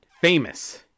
famous